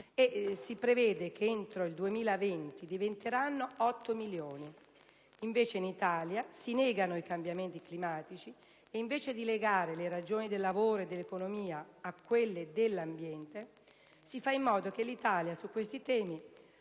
si prevede che entro il 2020 diventeranno 8 milioni), in Italia si negano i cambiamenti climatici e invece di legare le ragioni del lavoro e dell'economia a quelle dell'ambiente, si fa in modo che su questi temi